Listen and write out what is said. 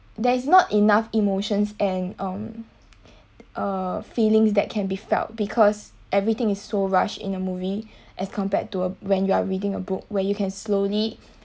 there is not enough emotions and on uh feelings that can be felt because everything is so rush in the movie as compared to a when you're reading a book where you can slowly